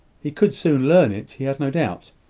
he could soon learn it, he had no doubt,